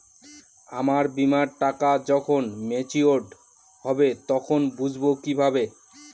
আমার বীমার টাকা যখন মেচিওড হবে তখন বুঝবো কিভাবে?